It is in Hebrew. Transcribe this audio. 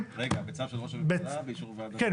רגע, בצו של ראש הממשלה, באישור הוועדה.